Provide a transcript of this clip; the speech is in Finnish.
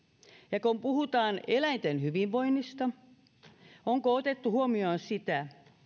ja kun puhutaan eläinten hyvinvoinnista niin onko otettu huomioon sitä